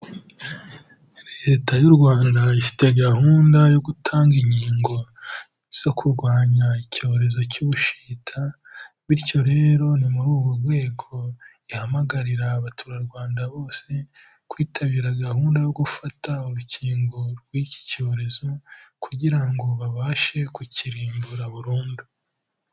Leta y'u Rwanda ifite gahunda yo gutanga inkingo zo kurwanya icyorezo cy'ubushita, bityo rero ni muri urwo rwego ihamagarira abaturarwanda bose, kwitabira gahunda yo gufata urukingo rw'iki cyorezo kugira ngo babashe kukirimbura burundu.